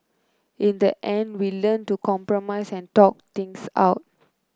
in the end we learnt to compromise and talk things out